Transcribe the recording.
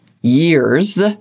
years